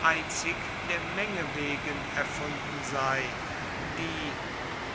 einzig der menge wegen erfunden sei die